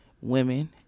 women